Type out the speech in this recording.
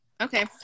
Okay